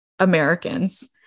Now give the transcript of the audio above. Americans